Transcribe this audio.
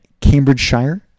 Cambridgeshire